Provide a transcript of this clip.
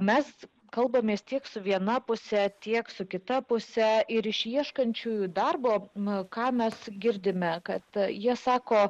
mes kalbamės tiek su viena puse tiek su kita puse ir iš ieškančiųjų darbo na ką mes girdime kad jie sako